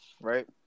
Right